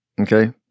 Okay